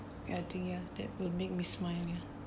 adding ya that will make me smile ya